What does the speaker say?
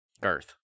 Girth